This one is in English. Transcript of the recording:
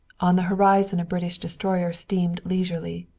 on the horizon a british destroyer steamed leisurely.